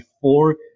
four